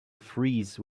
freeze